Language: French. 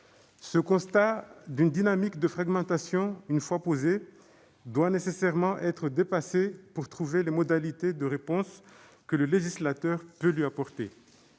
Ce constat d'une dynamique de fragmentation, une fois posé, doit nécessairement être dépassé pour trouver les modalités de réponse que le législateur peut lui apporter.